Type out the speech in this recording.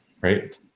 right